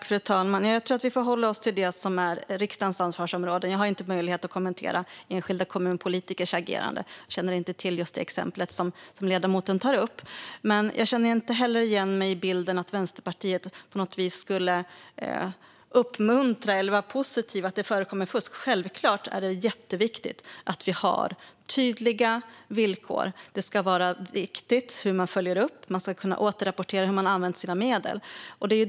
Fru talman! Jag tror att vi får hålla oss till det som är riksdagens ansvarsområde. Jag har inte möjlighet att kommentera enskilda kommunpolitikers agerande. Jag känner inte till just det exempel som ledamoten tar upp. Jag känner inte heller igen mig i bilden av att Vänsterpartiet på något vis skulle uppmuntra eller vara positiva till att det förekommer fusk. Självklart är det jätteviktigt att vi har tydliga villkor. Det ska vara viktigt hur man följer upp. Man ska kunna återrapportera hur man har använt sina medel.